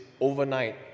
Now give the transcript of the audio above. overnight